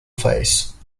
face